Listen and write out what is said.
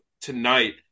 tonight